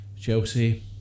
Chelsea